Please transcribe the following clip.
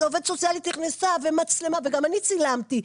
אז עובדת סוציאלית נכנסה ומצלמה וגם אני צילמתי,